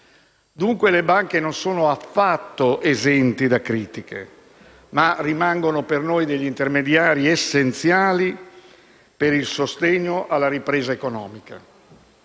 Dunque, le banche non sono affatto esenti da critiche, ma rimangono per noi degli intermediari essenziali per il sostegno alla ripresa economica.